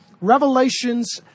revelations